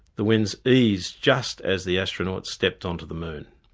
the winds eased just as the astronauts stepped onto the moon.